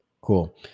cool